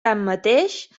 tanmateix